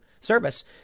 service